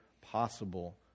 possible